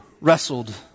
wrestled